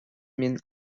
min